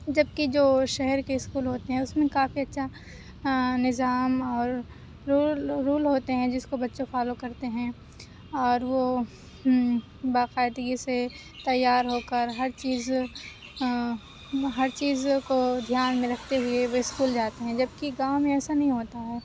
جب کہ جو شہر کے اسکول ہوتے ہیں اس میں کافی اچھا نظام اور رول رول ہوتے ہیں جس کو بچوں کو فالو کرتے ہیں اور وہ باقاعدگی سے تیار ہو کر ہر چیز ہر چیز کو دھیان میں رکھتے ہوئے وہ اسکول جاتے ہیں جبکہ گاؤں میں ایسا نہیں ہوتا ہے